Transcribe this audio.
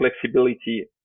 flexibility